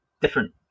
different